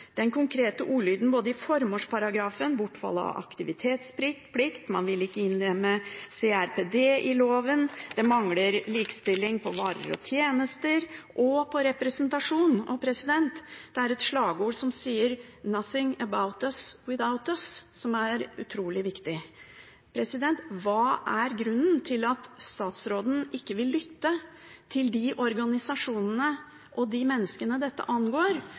den konkrete ordlyden i formålsparagrafen, bortfall av aktivitetsplikt, man vil ikke innlemme CRPD i loven, det mangler likestilling på varer og tjenester og på representasjon. Det er et slagord som sier «Nothing about us without us», som er utrolig viktig. Hva er grunnen til at statsråden ikke vil lytte til de organisasjonene og de menneskene dette angår,